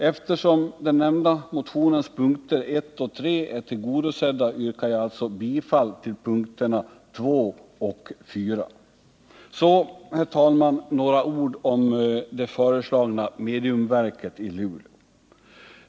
Eftersom motionsyrkandena nr I och 3 är tillgodosedda, inskränker jag mig till att yrka bifall till yrkandena nr 2 och 4 i motionen. Så, herr talman, några ord om det föreslagna mediumverket i Luleå.